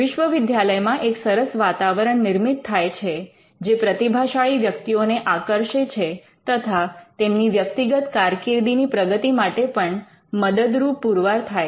વિશ્વવિદ્યાલયમાં એક સરસ વાતાવરણ નિર્મિત થાય છે જે પ્રતિભાશાળી વ્યક્તિઓને આકર્ષે છે તથા તેમની વ્યક્તિગત કારકિર્દીની પ્રગતિ માટે પણ મદદરૂપ પુરવાર થાય છે